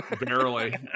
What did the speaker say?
barely